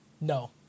No